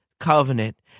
covenant